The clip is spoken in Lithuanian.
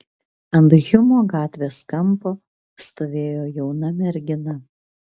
ant hjumo gatvės kampo stovėjo jauna mergina